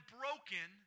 broken